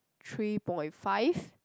three point five